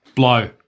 Blow